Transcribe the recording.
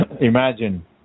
imagine